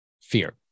fear